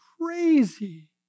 crazy